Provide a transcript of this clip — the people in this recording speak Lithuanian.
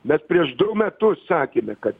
mes prieš du metus sakėme kad